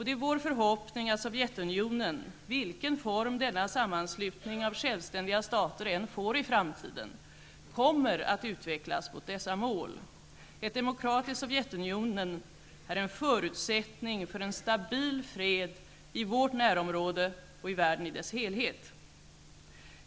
Det är vår förhoppning att Sovjetunionen, vilken form denna sammanslutning av självständiga stater än får i framtiden, kommer att utvecklas mot dessa mål. Ett demokratiskt Sovjetunionen är en förutsättning för en stabil fred i vårt närområde och i världen i dess helhet.